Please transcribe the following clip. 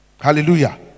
hallelujah